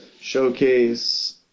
showcase